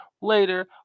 later